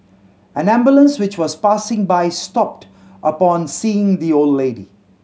an ambulance which was passing by stopped upon seeing the old lady